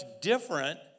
different